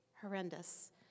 horrendous